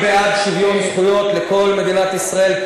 בעד שוויון זכויות לכל מדינת ישראל,